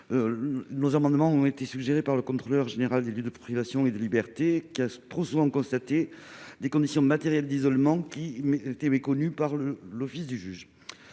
nos amendements ont été suggérés par la Contrôleure générale des lieux de privation de liberté, qui a trop souvent constaté des conditions matérielles d'isolement méconnaissant le respect de